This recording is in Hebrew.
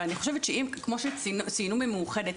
אבל כמו שציינו ממאוחדת,